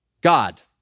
God